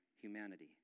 humanity